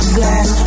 glass